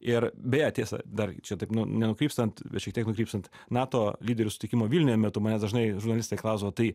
ir beje tiesa dar čia taip nu nenukrypstant šiek tiek nukrypstant nato lyderių susitikimo vilniuje metu manęs dažnai žurnalistai klausdavo tai